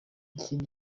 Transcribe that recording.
ikindi